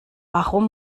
warum